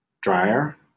Dryer